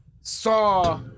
saw